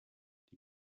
die